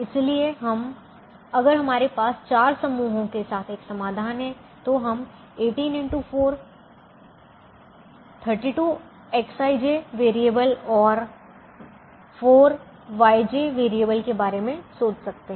इसलिए हम अगर हमारे पास 4 समूहों के साथ एक समाधान है तो हम 18x4 32Xij वैरिएबल और 4YJ वैरिएबल के बारे में सोच सकते हैं